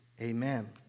Amen